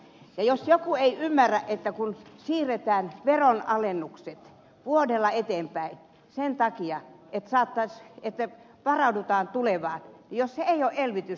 ja jos joku ei ymmärrä että kun siirretään veronalennukset vuodella eteenpäin sen takia että varaudutaan tulevaan ja luulee että se ei ole elvytystä ed